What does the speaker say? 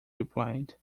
replied